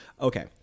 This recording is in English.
okay